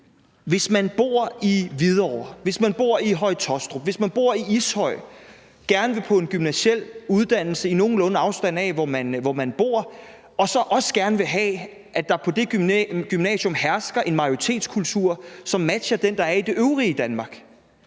hvis man bor i Høje-Taastrup eller hvis man bor i Ishøj og gerne vil på en gymnasial uddannelse i nogenlunde afstand fra, hvor man bor, og også gerne vil have, at der på det gymnasium hersker en majoritetskultur, som matcher den, der er i det øvrige Danmark,